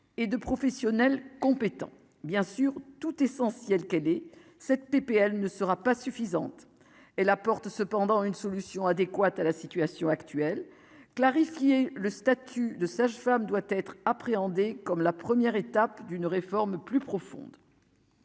et de professionnels compétents, bien sûr, tout essentiel : quelle est cette PPL ne sera pas suffisante et la porte cependant une solution adéquate à la situation actuelle, clarifier le statut de sage-femme doit être appréhendée comme la première étape d'une réforme plus profonde.